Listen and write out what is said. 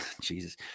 Jesus